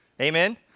Amen